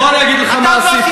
בוא אני אגיד לך מה עשיתי.